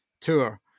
tour